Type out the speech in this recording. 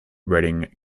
redding